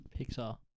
Pixar